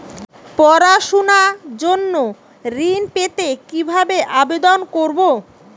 পড়াশুনা জন্য ঋণ পেতে কিভাবে আবেদন করব?